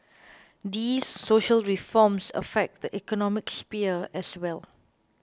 these social reforms affect the economic sphere as well